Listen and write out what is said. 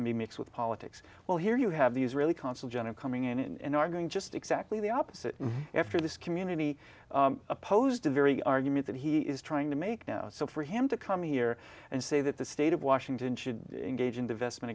mixed with politics well here you have the israeli consul general coming in and are going just exactly the opposite after this community opposed the very argument that he is trying to make now so for him to come here and say that the state of washington should engage in divestment